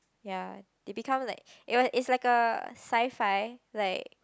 ya it become like it's like a sci-fi like